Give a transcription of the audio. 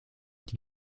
die